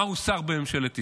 מהו שר בממשלת ישראל.